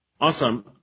Awesome